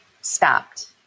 stopped